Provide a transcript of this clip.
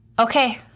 Okay